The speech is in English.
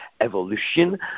evolution